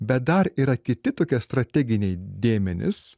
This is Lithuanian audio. bet dar yra kiti tokie strateginiai dėmenys